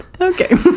Okay